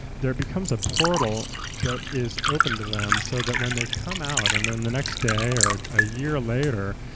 there becomes a portal that is open to them so that when they come out and then the next day or a year later,